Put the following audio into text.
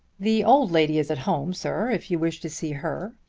the old lady is at home, sir, if you wish to see her,